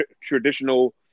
traditional